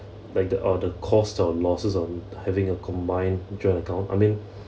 like the all the cost or losses on having a combined joint account I mean